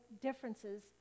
differences